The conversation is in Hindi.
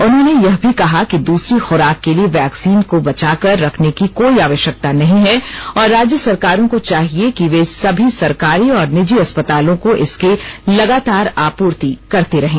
उन्होंने यह भी कहा कि दूसरी खुराक के लिए वैक्सीन को बचाकर रखने की कोई आवश्यकता नहीं है और राज्य सरकारों को चाहिए कि वे सभी सरकारी और निजी अस्पतालों को इसकी लगातार आपूर्ति करते रहें